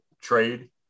trade